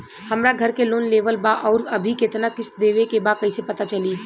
हमरा घर के लोन लेवल बा आउर अभी केतना किश्त देवे के बा कैसे पता चली?